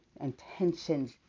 intentions